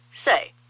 say